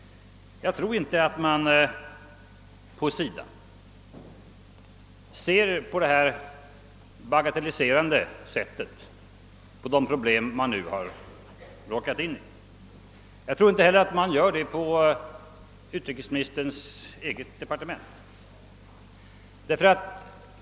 Jag tror inte att man på SIDA ser på detta bagatelliserande sätt på de problem som uppkommit, och jag tror inte heller att man gör det på utrikesministerns eget departement.